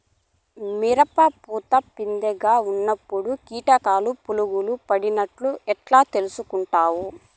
మిరప పూత పిందె గా ఉన్నప్పుడు కీటకాలు పులుగులు పడినట్లు ఎట్లా తెలుసుకుంటావు?